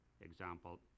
Example